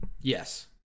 Yes